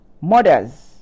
Murders